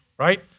Right